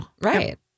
Right